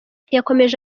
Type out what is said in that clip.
yakomeje